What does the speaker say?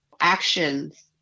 actions